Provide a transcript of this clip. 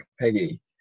Peggy